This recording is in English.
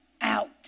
out